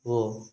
ଓ